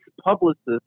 publicist